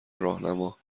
راهنما